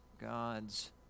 God's